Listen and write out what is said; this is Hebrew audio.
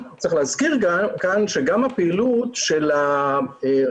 צריך להזכיר כאן שגם הפעילות של החינוך